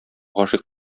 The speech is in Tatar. гашыйк